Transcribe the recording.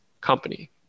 company